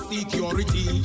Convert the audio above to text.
security